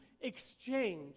exchange